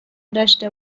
داشته